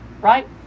right